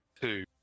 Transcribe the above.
two